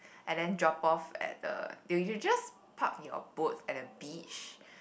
and then drop off at the you just park your boat at the beach